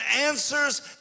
answers